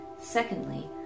Secondly